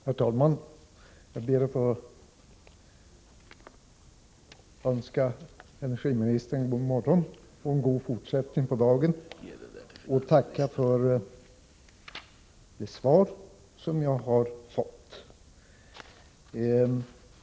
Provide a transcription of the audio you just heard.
Herr talman! Jag ber att få önska energiministern god morgon och en god fortsättning på dagen samt tacka för det svar som jag har fått.